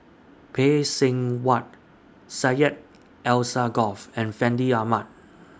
Phay Seng Whatt Syed Alsagoff and Fandi Ahmad